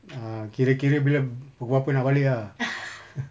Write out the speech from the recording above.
ah kira kira bila pukul berapa nak balik ah